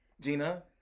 Gina